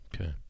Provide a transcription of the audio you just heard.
Okay